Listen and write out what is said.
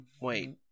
Wait